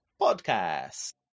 Podcast